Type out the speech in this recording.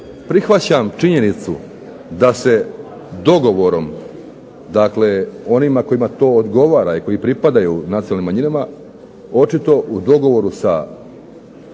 prihvaćam činjenicu da se dogovorom, dakle onima kojima to odgovara i koji pripadaju nacionalnim manjinama očito u dogovoru sa